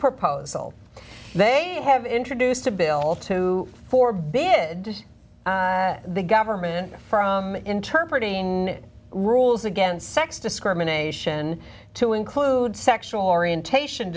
proposal they have introduced a bill to for bid the government from inter party in rules against sex discrimination to include sexual orientation